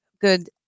good